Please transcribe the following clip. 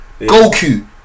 Goku